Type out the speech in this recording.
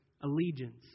allegiance